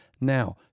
now